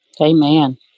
Amen